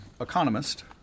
economist